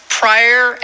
prior